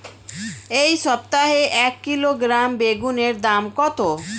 এই সপ্তাহে এক কিলোগ্রাম বেগুন এর দাম কত?